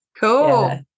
Cool